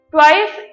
Twice